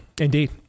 Indeed